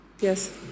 Yes